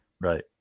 Right